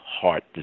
heart